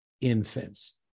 infants